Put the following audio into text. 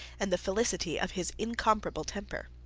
and the felicity of his incomparable temper.